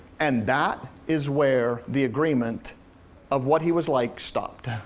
and that is where the agreement of what he was like stopped.